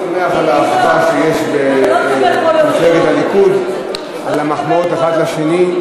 אני מאוד שמח על האחווה במפלגת הליכוד ועל המחמאות אחד לשני.